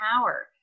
power